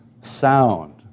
sound